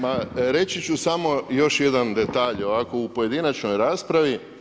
Ma, reći ću samo još jedan detalj ovako u pojedinačnoj raspravi.